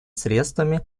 средствами